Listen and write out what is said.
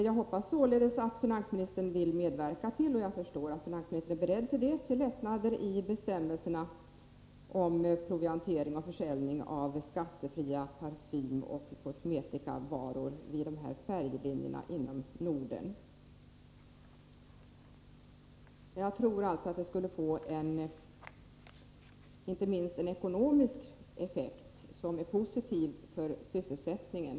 Jag hoppas att finansministern vill medverka till lättnader i bestämmelserna om proviantering och försäljning av skattefria parfymoch kosmetikavaror vid dessa färjelinjer inom Norden, och jag förstår att finansministern är beredd till det. Jag tror att det inte minst skulle få en ekonomisk effekt som är positiv för sysselsättningen.